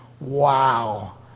Wow